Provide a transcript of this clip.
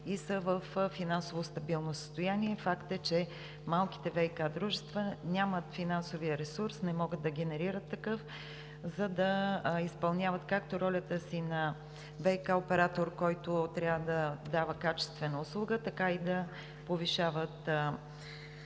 и са във финансово стабилно състояние. Факт е, че малките ВиК дружества нямат финансовия ресурс, не могат да генерират такъв, за да изпълняват както ролята си на ВиК оператор, който трябва да дава качествена услуга, така и да повишават